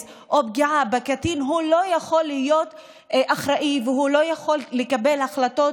או פגיעה בקטין לא יכול להיות אחראי ולא יכול לקבל החלטות,